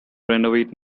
renovate